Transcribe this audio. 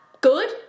good